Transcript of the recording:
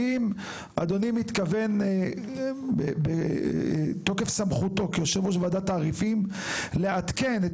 האם אדוני מתכוון בתוקף סמכותו כיושב ראש ועדת תעריפים לעדכן את